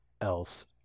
else